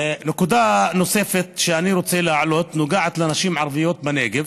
נקודה נוספת שאני רוצה להעלות נוגעת לנשים ערביות בנגב,